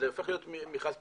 זה הופך להיות מכרז פתוח.